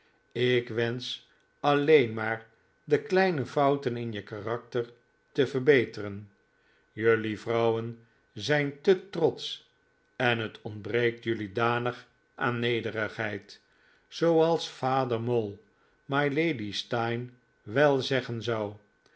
ik wensch alleen maar de kleine fouten in je karakter te verbeteren jelui vrouwen zijn te trotsch en het ontbreekt jelui danig aan nederigheid zooals vader mole mylady steyne wel zeggen zou